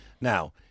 Now